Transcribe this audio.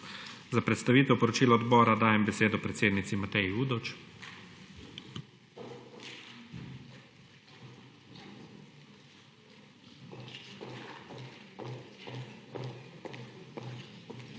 Za predstavitev priporočila odbora dajem besedo predsednici Mateji Udovč.